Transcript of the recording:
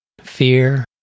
fear